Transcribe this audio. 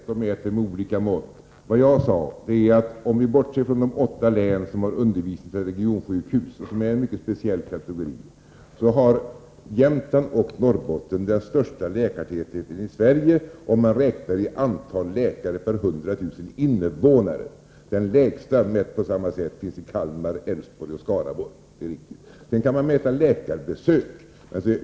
Herr talman! Vi räknar på olika sätt och mäter med olika mått. Jag sade att om vi bortser från de åtta län som har undervisningseller regionsjukhus, vilket är en mycket speciell kategori, så har Jämtland och Norrbotten den största läkartätheten i Sverige, om man räknar i antalet läkare per 100 000 invånare. Den lägsta läkartätheten mätt på samma sätt finns i Kalmar, Älvsborg och Skaraborg. Det är riktigt. Sedan kan man mäta läkarbesök.